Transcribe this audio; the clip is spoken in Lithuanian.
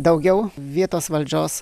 daugiau vietos valdžios